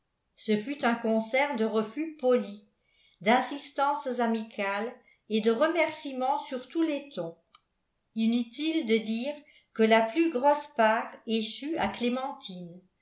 ce fut un concert de refus polis d'insistances amicales et de remerciements sur tous les tons inutile de dire que la plus grosse part échut à clémentine